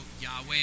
Yahweh